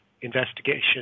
investigation